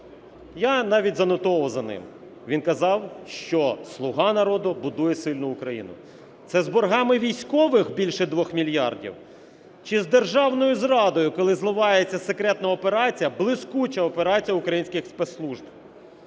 Я навіть занотовував за ним. Він казав, що "Слуга народу" будує сильну Україну. Це з боргами військових більше 2 мільярдів? Чи з державною зрадою, коли зливається секретна операція, блискуча операція українських спецслужб?